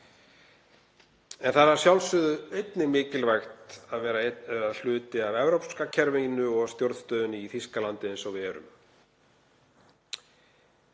En það er að sjálfsögðu einnig mikilvægt að vera hluti af evrópska kerfinu og stjórnstöðinni í Þýskalandi eins og við erum.